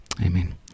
Amen